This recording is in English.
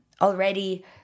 already